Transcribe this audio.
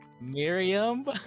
miriam